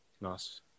Nice